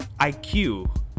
IQ